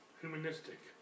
humanistic